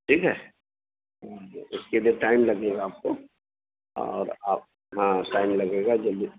ٹھیک ہے اس کے لیے ٹائم لگے گا آپ کو اور آپ ہاں ٹائم لگے گا جلدی